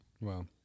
Wow